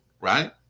Right